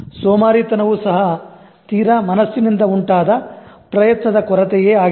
ಸೋಮಾರಿತನವೂ ಸಹ ತೀರ ಮನಸ್ಸಿನಿಂದ ಉಂಟಾದ ಪ್ರಯತ್ನದ ಕೊರತೆಯೇ ಆಗಿದೆ